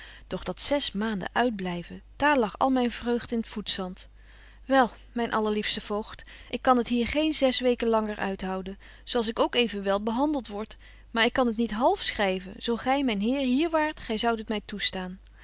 doch dat zes maanden uit blyven daar lag al myn vreugd in t voetzant wel myn allerliefste voogd ik kan het hier geen zes weken langer uithouden zo als ik ook evenwel behandelt word maar ik kan t niet half schryven zo gy myn heer hier waart gy zoudt het my toestaan